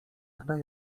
tle